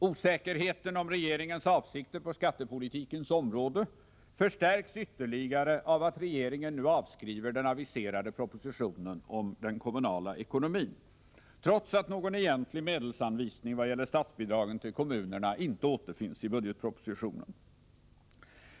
Osäkerheten om regeringens avsikter på skattepolitikens område förstärks ytterligare av att regeringen nu avskriver den aviserade propositionen om den kommunala ekonomin, trots att någon egentlig medelsanvisning vad gäller statsbidragen till kommunerna inte återfinns i budgetpropositionen.